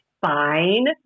fine